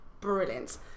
Brilliant